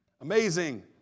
Amazing